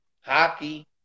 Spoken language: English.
hockey